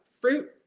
fruit